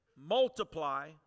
multiply